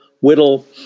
Whittle